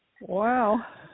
Wow